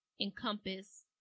encompass